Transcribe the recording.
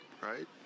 right